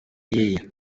y’iyi